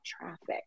traffic